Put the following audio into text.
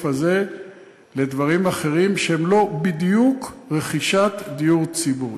הזה לדברים אחרים שהם לא בדיוק רכישת דיור ציבורי.